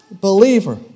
believer